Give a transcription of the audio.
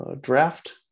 draft